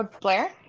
Blair